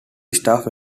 staff